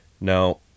Now